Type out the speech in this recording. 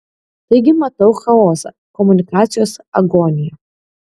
taigi matau chaosą komunikacijos agoniją